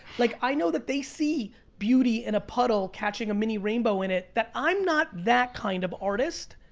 like i know that they see beauty in a puddle, catching a mini rainbow in it that i'm not that kind of artist.